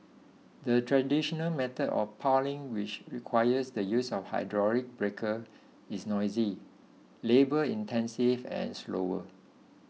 the traditional method of piling which requires the use of a hydraulic breaker is noisy labour intensive and slower